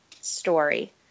story